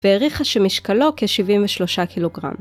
העריכה שמשקלו כ-73 קילוגרם.